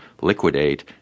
liquidate